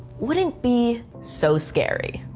wouldn't be so scary.